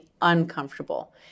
uncomfortable